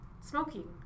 smoking